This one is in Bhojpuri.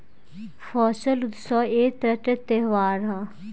फसल उत्सव एक तरह के त्योहार ह